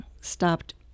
stopped